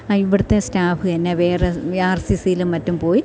ഇവിടുത്തെ സ്റ്റാഫ് തന്നെ വേറെ ആർ സി സിലും മറ്റും പോയി